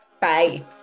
Bye